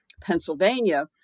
Pennsylvania